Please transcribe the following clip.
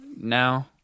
now